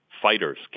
Fighters